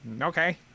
Okay